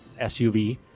SUV